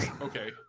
okay